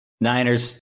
Niners